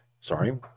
sorry